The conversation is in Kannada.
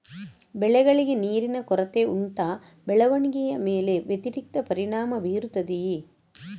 ಬೆಳೆಗಳಿಗೆ ನೀರಿನ ಕೊರತೆ ಉಂಟಾ ಬೆಳವಣಿಗೆಯ ಮೇಲೆ ವ್ಯತಿರಿಕ್ತ ಪರಿಣಾಮಬೀರುತ್ತದೆಯೇ?